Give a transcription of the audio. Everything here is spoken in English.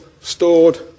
stored